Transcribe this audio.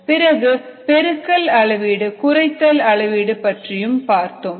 பிறகு பெருக்கல் அளவீடு குறைத்தல் அளவீடு பற்றியும் பார்த்தோம்